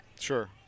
Sure